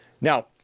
Now